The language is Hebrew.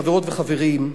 חברות וחברים,